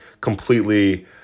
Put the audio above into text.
completely